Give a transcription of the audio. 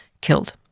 killed